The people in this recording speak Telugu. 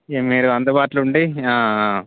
ఇక మీరు అందుబాటులో ఉండి